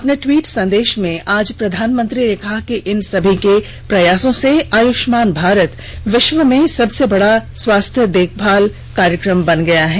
अपने ट्वीट संदेश में आज प्रधानमंत्री ने कहा कि इन सभी के प्रयासों से आयुष्मान भारत आज विश्व में सबसे बड़ा स्वास्थ देखभाल कार्यक्रम बन गया है